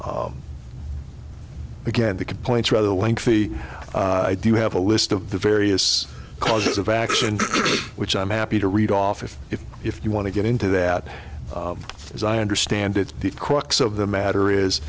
again the complaints rather lengthy i do have a list of the various causes of action which i'm happy to read off if if if you want to get into that as i understand it the crux of the matter is